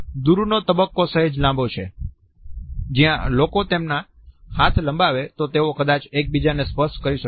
દૂરનો તબક્કો સહેજ લાંબો છે જ્યાં લોકો તેમના હાથ લંબાવે તો તેઓ કદાચ એકબીજાને સ્પર્શ કરી શકે છે